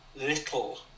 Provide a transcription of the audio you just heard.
little